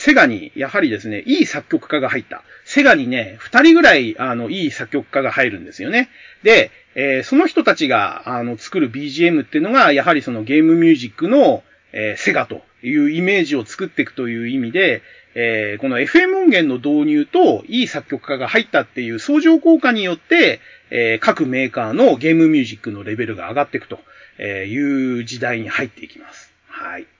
セガに、やはりですね、いい作曲家が入った。セガにね、二人ぐらい、あの、いい作曲家が入るんですよね。で、えー、その人たちが、あの、作るBGMっていうのが、やはりそのゲームミュージックの、えー、セガというイメージを作っていくという意味で、えー、このFM音源の導入と、いい作曲家が入ったっていう相乗効果によって、えー、各メーカーのゲームミュージックのレベルが上がっていくという時代に入っていきます。はい。